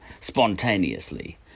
spontaneously